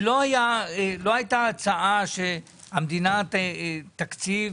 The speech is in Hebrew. לא הייתה הצעה שאומרת שהמדינה תקציב